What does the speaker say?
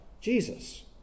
Jesus